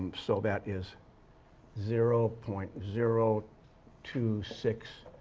so that is zero point zero two six